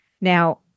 now